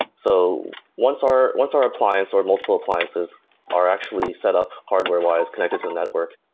so once our once our appliance or multiple appliances are actually setup hardware-wise, connected to a network,